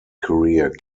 career